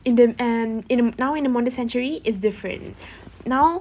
in the um in the now in the modern century it's different now